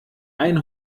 ein